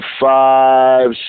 five